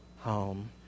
home